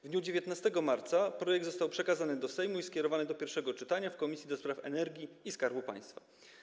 W dniu 19 marca projekt został przekazany do Sejmu i skierowany do pierwszego czytania w Komisji do Spraw Energii i Skarbu Państwa.